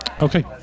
Okay